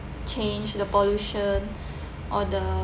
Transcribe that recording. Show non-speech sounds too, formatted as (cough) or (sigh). change the pollution (breath) or the